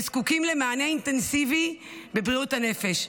וזקוקים למענה אינטנסיבי בבריאות הנפש,